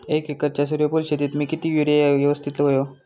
एक एकरच्या सूर्यफुल शेतीत मी किती युरिया यवस्तित व्हयो?